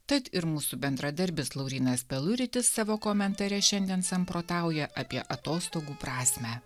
tad ir mūsų bendradarbis laurynas peluritis savo komentare šiandien samprotauja apie atostogų prasmę